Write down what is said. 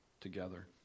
together